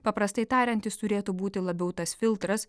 paprastai tariant jis turėtų būti labiau tas filtras